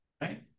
Right